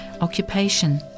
occupation